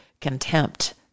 contempt